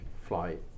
flight